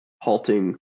halting